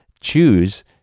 choose